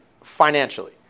financially